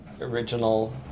original